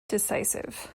decisive